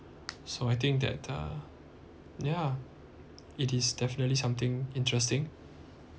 so I think that uh yeah it is definitely something interesting